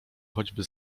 choćby